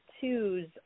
twos